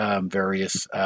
various